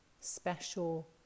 special